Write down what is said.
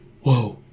whoa